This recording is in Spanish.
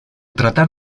tratar